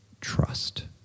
trust